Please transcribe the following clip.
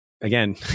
again